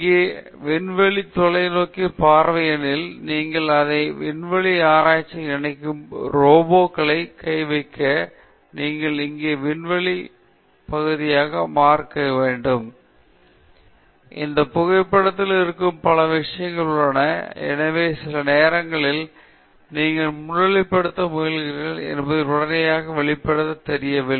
நீங்கள் இங்கே இந்த விண்வெளி தொலைநோக்கி பார்க்க ஏனெனில் நீங்கள் அதை விண்வெளி விண்வெளியில் இணைக்கும் என்று ரோபோ கை பார்க்க நீங்கள் இங்கே விண்வெளி விண்கல பகுதியாக பார்க்க இங்கே பூமியின் ஒரு சிறிய பார்க்க நீங்கள் வானத்தில் பார்க்கிறீர்கள் மற்றும் நீங்கள் பார்க்க இரண்டு சோலார் பேனல்கள் எனவே இந்த புகைப்படத்தில் இருக்கும் பல விஷயங்கள் உள்ளன எனவே சில நேரங்களில் நீங்கள் முன்னிலைப்படுத்த முயலுகிறீர்கள் என்பதை உடனடியாக வெளிப்படையாகத் தெரியவில்லை